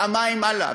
המים עלו,